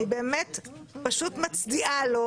פשוט מצדיעה לו,